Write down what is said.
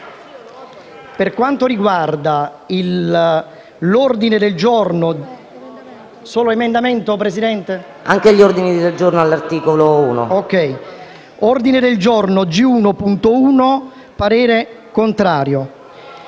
Per quanto riguarda l'ordine del giorno G1.100, il parere è contrario